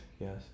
Yes